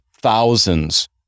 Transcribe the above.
thousands